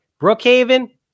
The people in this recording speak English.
Brookhaven